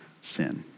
sin